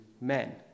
men